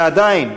ועדיין,